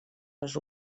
les